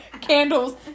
Candles